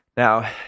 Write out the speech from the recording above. Now